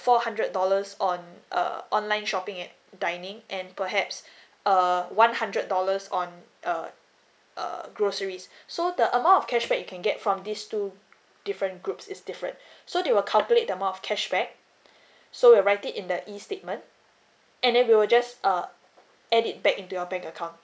four hundred dollars on err online shopping at dining and perhaps err one hundred dollars on uh err groceries so the amount of cashback you can get from these two different groups is different so they will calculate the amount of cashback so they write it in the E statement and then we'll just uh add it back into your bank account